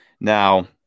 Now